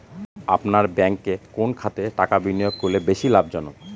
আপনার ব্যাংকে কোন খাতে টাকা বিনিয়োগ করলে বেশি লাভজনক?